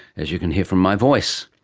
as you can hear from my voice.